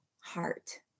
heart